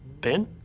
Ben